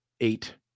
eight